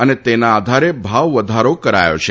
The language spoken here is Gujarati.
અને તેના આધારે ભાવવધારો કરાયો છે